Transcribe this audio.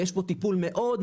ויש פה טיפול מאוד,